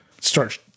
start